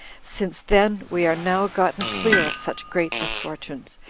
since, then, we are now gotten clear of such great misfortunes,